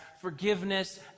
forgiveness